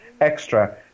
extra